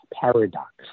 paradox